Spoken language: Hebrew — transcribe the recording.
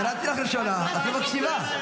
קראתי אותך בראשונה, את לא מקשיבה.